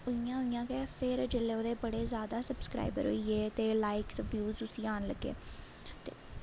उयां उयां गै फिर जिसलै ओह्दे बड़े जादा सव्सक्राईवर होई गे ते लाईक्स ब्यूज उसी आन लग्गे ते